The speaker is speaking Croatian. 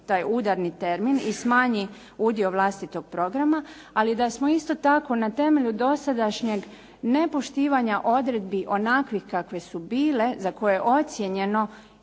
taj udarni termin i smanji udio vlastitog programa, ali da smo isto tako na temelju dosadašnjeg nepoštivanja odredbi onakvih kakve su bile za koje je ocijenjeno